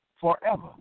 forever